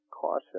caution